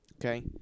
Okay